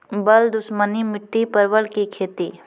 बल दुश्मनी मिट्टी परवल की खेती?